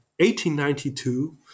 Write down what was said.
1892